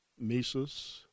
Mises